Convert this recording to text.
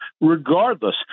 regardless